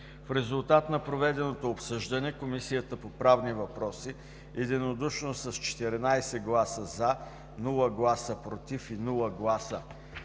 В резултат на проведеното обсъждане Комисията по правни въпроси единодушно с 14 гласа „за“, без „против“ и